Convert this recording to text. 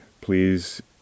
Please